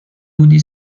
بودی